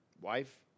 Wife